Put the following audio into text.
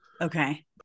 okay